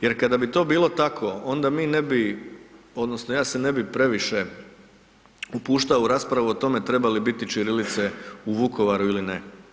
Jer kada bi to bilo tako onda mi ne bi odnosno ja se ne bi previše upuštao u raspravu o tome treba li biti ćirilice u Vukovaru ili ne.